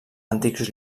antics